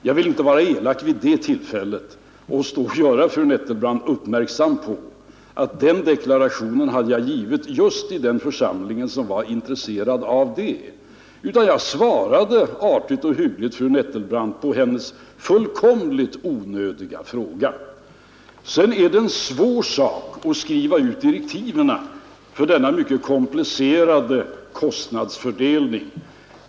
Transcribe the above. Jag ville inte vara elak vid det tillfället och stå och göra fru Nettelbrandt uppmärksam på att den deklarationen hade jag givit just i den församlingen som var intresserad av det utan jag svarade artigt och hyggligt fru Nettelbrandt på hennes fullkomligt onödiga fråga. Sedan är det en svår sak att skriva direktiven för denna mycket komplicerade kostnadsfördelning.